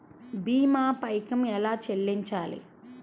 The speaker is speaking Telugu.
భీమా పైకం ఎలా చెల్లించాలి?